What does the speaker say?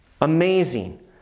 amazing